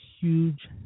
huge